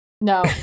No